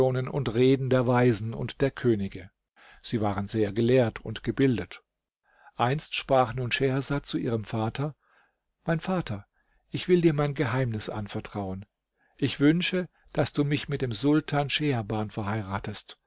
und reden der weisen und der könige sie war sehr gelehrt und gebildet einst sprach nun schehersad zu ihrem vater mein vater ich will dir mein geheimnis anvertrauen ich wünsche daß du mich mit dem sultan scheherban verheiratest